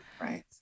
Right